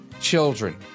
children